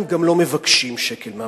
הם גם לא מבקשים שקל מהמדינה.